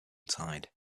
tide